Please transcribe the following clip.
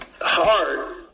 hard